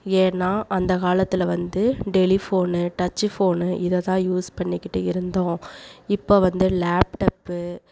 ஏன்னா அந்த காலத்தில் வந்து டெலிஃபோன்னு டச்சு ஃபோன்னு இதை தான் யூஸ் பண்ணிக்கிட்டு இருந்தோம் இப்போ வந்து லேப்டாப்பு